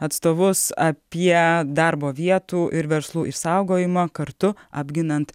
atstovus apie darbo vietų ir verslų išsaugojimą kartu apginant